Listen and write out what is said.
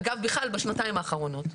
אגב, בכלל בשנתיים האחרונות.